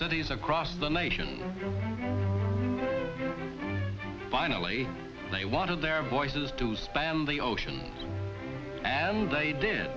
cities across the nation finally they wanted their voices to spy on the ocean as they did